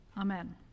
Amen